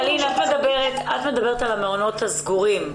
את מדברת על המעונות הסגורים.